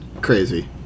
Crazy